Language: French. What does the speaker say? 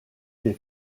des